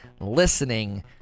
listening